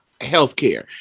healthcare